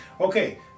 okay